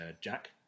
Jack